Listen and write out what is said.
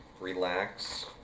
relax